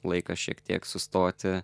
laikas šiek tiek sustoti